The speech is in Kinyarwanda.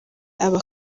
aba